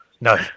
no